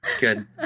Good